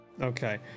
Okay